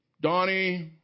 Donnie